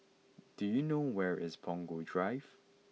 do you know where is Punggol Drive